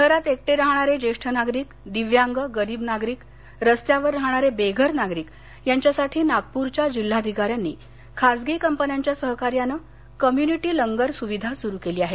शहरात एकटे राहणारे ज्येष्ठ नागरिक दिव्यांग गरीब नागरिक रस्त्यावर राहणारे बेघर नागरिक यांच्यासाठी नागपूरच्या जिल्हाधिकाऱ्यांनी खाजगी कंपन्यांच्या सहकार्यानंकम्युनिटी लंगर सुविधा सुरु केली आहे